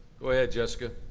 go ahead, jessica.